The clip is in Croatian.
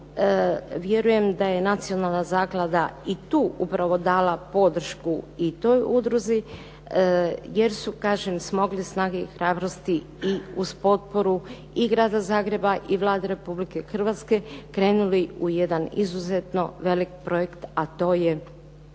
vjerujem da je nacionalna zaklada i tu upravo dala podršku i toj udruzi jer su, kažem smogli snage i hrabrosti i uz potporu i Grada Zagreba i Vlade Republike Hrvatske krenuli u jedan izuzetno velik projekt, a to je